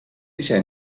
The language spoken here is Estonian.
ise